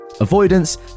avoidance